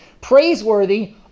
praiseworthy